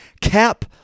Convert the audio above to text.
Cap